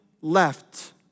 left